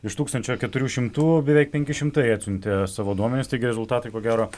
iš tūkstančio keturių šimtų beveik penki šimtai atsiuntė savo duomenis taigi rezultatai ko gero